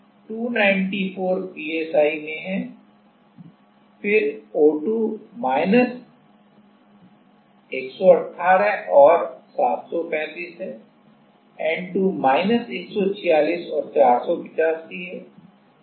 तो यह PSI 294 में है फिर O2 माइनस 118 और 735 है N2 माइनस 146 और 485 है